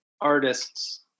artists